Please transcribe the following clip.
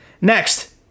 Next